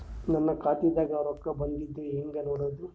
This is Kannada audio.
ನನ್ನ ಖಾತಾದಾಗ ರೊಕ್ಕ ಬಂದಿದ್ದ ಹೆಂಗ್ ನೋಡದು?